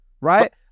right